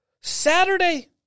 Saturday